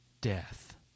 death